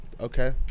okay